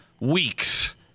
weeks